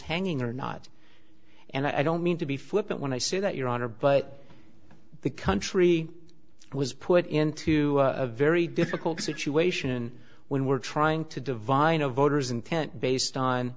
hanging or not and i don't mean to be flippant when i say that your honor but the country was put into a very difficult situation when we're trying to divine a voter's intent based on